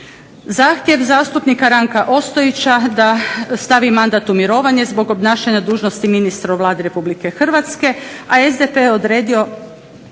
Zahtjev zastupnika Ranka Ostojića da stavi mandat u mirovine zbog obnašanja dužnosti ministra u Vladi Republike Hrvatske a SDP je odredio